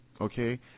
Okay